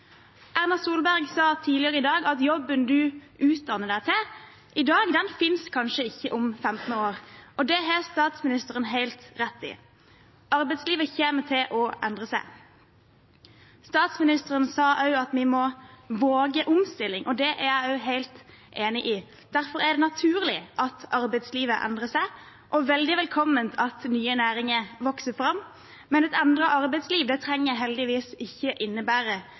Erna Solberg sa tidligere i dag at jobben en utdanner seg til i dag, kanskje ikke finnes om 15 år, og det har statsministeren helt rett i. Arbeidslivet kommer til å endre seg. Statsministeren sa også at vi må våge omstilling, og det er jeg også helt enig i. Derfor er det naturlig at arbeidslivet endrer seg, og veldig velkomment at nye næringer vokser fram, men et endret arbeidsliv trenger heldigvis ikke innebære